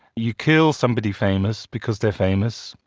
you kill somebody famous because they are famous,